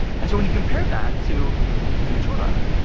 and so when you compare that to futura,